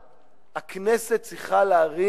הכנסת צריכה להרים